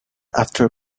after